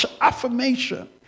affirmation